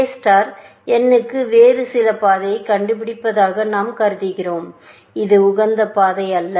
எ star n க்கு வேறு சில பாதையை கண்டுபிடித்ததாக நாம் கருதுகிறோம் இது உகந்த பாதை அல்ல